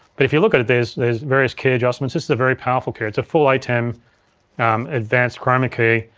but if you look at it there's there's various key adjustments. this is a very powerful keyer. it's a full atem advanced chroma key.